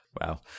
Wow